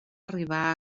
arribar